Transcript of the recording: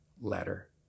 letter